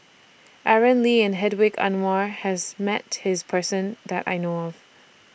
Aaron Lee and Hedwig Anuar has Met This Person that I know of